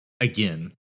again